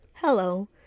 hello